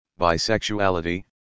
bisexuality